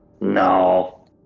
No